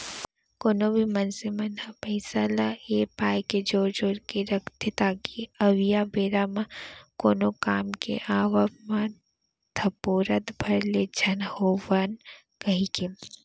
कोनो भी मनसे मन ह पइसा ल ए पाय के जोर जोर के रखथे ताकि अवइया बेरा म कोनो काम के आवब म धपोरत भर ले झन होवन कहिके